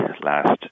last